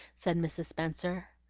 said mrs. spenser.